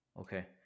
Okay